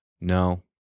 No